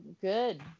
good